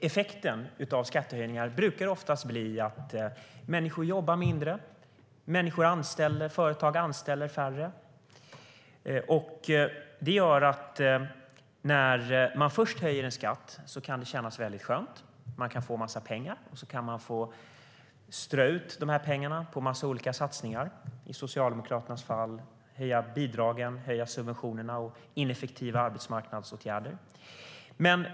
Effekten av skattehöjningar brukar oftast bli att människor jobbar mindre och företag anställer färre. Det gör att när man först höjer en skatt kan det kännas skönt. Man kan få en massa pengar som man kan strö ut på en massa olika satsningar - i Socialdemokraternas fall på att höja bidragen och subventionerna och på ineffektiva arbetsmarknadsåtgärder.